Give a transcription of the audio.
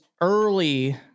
early